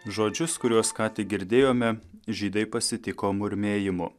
žodžius kuriuos ką tik girdėjome žydai pasitiko murmėjimu